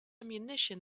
ammunition